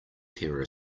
terror